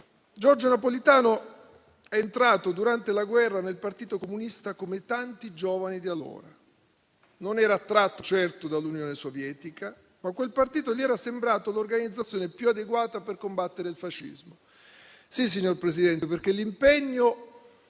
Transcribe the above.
la famiglia - entrò durante la guerra nel Partito Comunista come tanti giovani di allora; non era attratto certo dall'Unione Sovietica, ma quel partito gli era sembrato l'organizzazione più adeguata per combattere il fascismo. Sì, signor Presidente, perché l'impegno